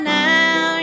now